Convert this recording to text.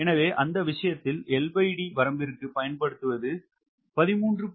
எனவே அந்த விஷயத்தில் LD வரம்பிற்குப் பயன்படுத்தப்படுவது 13